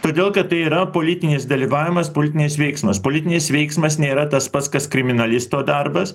todėl kad tai yra politinis dalyvavimas politinis veiksmas politinis veiksmas nėra tas pats kas kriminalisto darbas